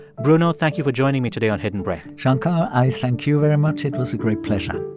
bruno, thank you for joining me today on hidden brain shankar, i thank you very much. it was a great pleasure